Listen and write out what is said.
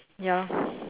ya lor